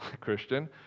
Christian